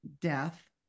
death